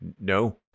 no